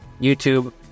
YouTube